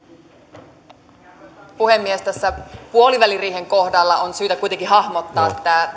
arvoisa puhemies tässä puoliväliriihen kohdalla on syytä kuitenkin hahmottaa